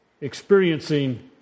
Experiencing